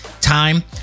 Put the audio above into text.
time